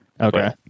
okay